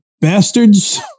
bastards